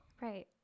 Right